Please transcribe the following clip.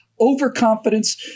overconfidence